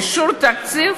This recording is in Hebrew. אישור תקציב